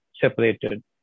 separated